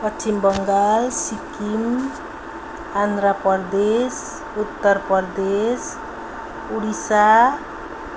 Paschim Bangal Sikkim Andhra Pradesh Uttar Pradesh Odisha